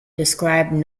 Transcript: described